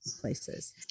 places